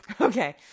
Okay